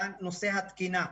הוא נושא התקינה.